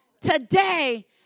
today